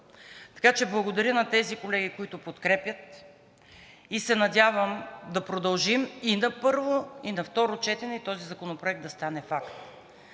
Така че благодаря на тези колеги, които го подкрепят, и се надявам да продължим и на първо, и на второ четене и този законопроект да стане факт.